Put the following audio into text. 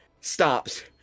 stops